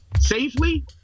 safely